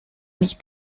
nicht